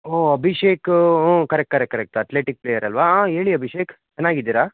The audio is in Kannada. ಹೋ ಅಭಿಷೇಕ್ ಹ್ಞೂ correct correct correct athletic player ಅಲ್ಲವಾ ಹಾಂ ಹೇಳಿ ಅಭಿಷೇಕ್ ಚೆನ್ನಾಗಿದ್ದೀರಾ